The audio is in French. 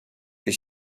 est